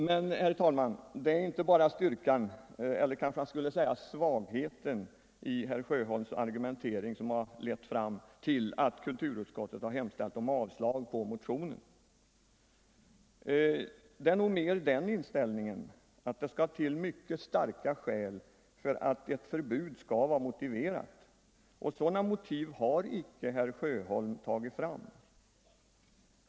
Men, herr talman, det är inte bara styrkan, eller kanske jag skulle säga svagheten, i herr Sjöholms argumentering som har lett fram till att kulturutskottet har hemställt om avslag på motionen; det är nog snarare den inställningen, att det skall till mycket starka skäl för att ett förbud skall vara motiverat, och några sådana motiv har icke herr Sjöholm tagit fram.